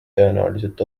tõenäoliselt